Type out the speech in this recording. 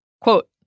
Quote